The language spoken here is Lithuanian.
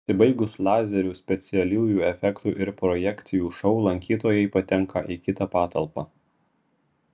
pasibaigus lazerių specialiųjų efektų ir projekcijų šou lankytojai patenka į kitą patalpą